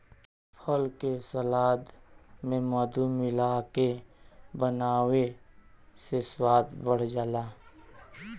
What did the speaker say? फल के सलाद में मधु मिलाके बनावे से स्वाद बढ़ जाला